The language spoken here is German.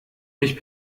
mich